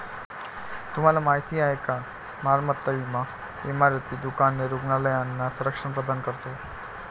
तुम्हाला माहिती आहे का मालमत्ता विमा इमारती, दुकाने, रुग्णालयांना संरक्षण प्रदान करतो